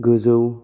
गोजौ